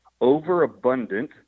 overabundant